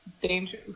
Danger